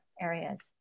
areas